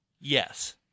Yes